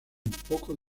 poco